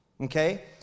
Okay